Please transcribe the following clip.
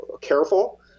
careful